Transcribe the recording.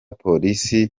polisi